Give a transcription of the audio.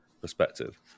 perspective